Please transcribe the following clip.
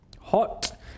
hot